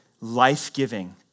life-giving